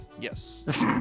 Yes